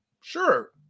Sure